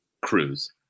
cruise